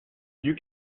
you